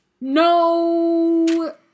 No